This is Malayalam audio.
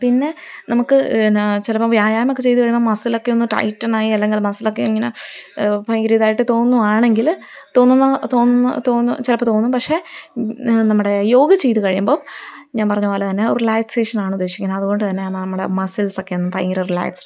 പിന്നെ നമുക്ക് എന്നാ ചിലപ്പോള് വ്യായാമൊക്കെ ചെയ്തു കഴിയുമ്പോള് മസിലൊക്കെ ഒന്ന് ടൈറ്റനായി അല്ലെങ്കിൽ മസിലൊക്കെ ഇങ്ങനെ ഭയങ്കര ഇതായിട്ട് തോന്നുവാണെങ്കില് ചിലപ്പോള് തോന്നും പക്ഷെ നമ്മുടെ യോഗ ചെയ്തുകഴിയുമ്പോള് ഞാന് പറഞ്ഞതുപോലെ തന്നെ റിലാക്സേഷനാണ് ഉദ്ദേശിക്കുന്നത് അതുകൊണ്ടുതന്നെ നമ്മുടെ മസിൽസൊക്കെ ഒന്ന് ഭയങ്കര റിലാക്സ്ഡാകും